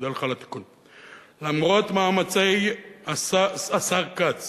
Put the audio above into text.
למרות מאמצי השר כץ